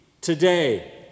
today